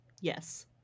Yes